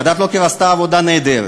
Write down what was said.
ועדת לוקר עשתה עבודה נהדרת,